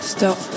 Stop